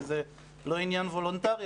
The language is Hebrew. וזה לא עניין וולונטרי,